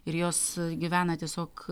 ir jos gyvena tiesiog